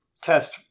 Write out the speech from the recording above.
test